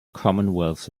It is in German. commonwealth